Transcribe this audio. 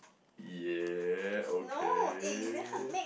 ya okay